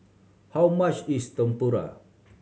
how much is Tempura